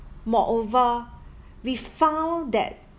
moreover we found that